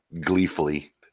gleefully